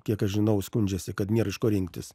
kiek aš žinau skundžiasi kad nėr iš ko rinktis